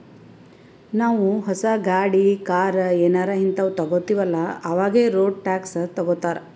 ನಾವೂ ಹೊಸ ಗಾಡಿ, ಕಾರ್ ಏನಾರೇ ಹಿಂತಾವ್ ತಗೊತ್ತಿವ್ ಅಲ್ಲಾ ಅವಾಗೆ ರೋಡ್ ಟ್ಯಾಕ್ಸ್ ತಗೋತ್ತಾರ್